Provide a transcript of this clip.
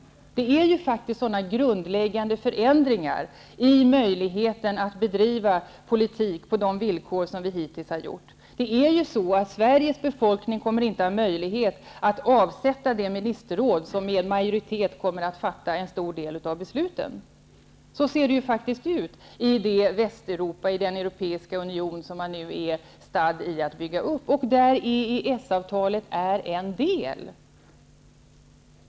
Det är faktiskt sådana grundläggande förändringar i möjligheten att bedriva politik på de villkor som vi hittills har gjort. Sveriges befolkning kommer inte att ha möjlighet att avsätta det ministerråd som med majoritet fattar en stor del av besluten. Så ser det ut i det Västeuropa, i den europeiska union, som man är stadd i att bygga upp. EES-avtalet är i det sammanhanget en del däri.